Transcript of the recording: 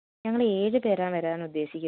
ഞങ്ങൾ ഏഴ് പേരാണ് വരാൻ ഉദ്ദേശിക്കുന്നത്